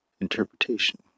interpretation